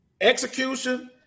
Execution